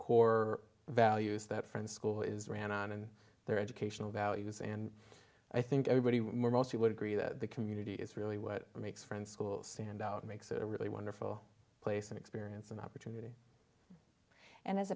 core values that friends school is ran on and they're educational values and i think everybody mostly would agree that the community is really what makes friends schools stand out makes it a really wonderful place an experience an opportunity and as